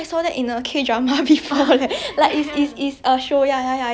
like cannot not say she cannot abstain but like she got a condition then